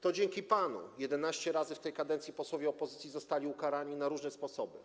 To dzięki panu 11 razy w tej kadencji posłowie opozycji zostali ukarani na różne sposoby.